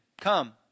Come